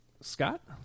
Scott